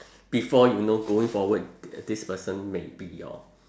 before you know going forward this person may be your